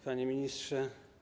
Panie Ministrze!